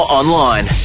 online